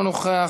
אינו נוכח,